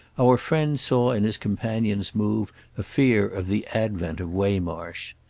our friend saw in his companion's move a fear of the advent of waymarsh.